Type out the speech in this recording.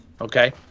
Okay